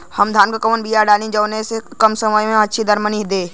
हम धान क कवन बिया डाली जवन कम समय में अच्छा दरमनी दे?